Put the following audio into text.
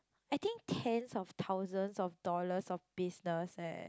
I think tens of thousands of dollars of business eh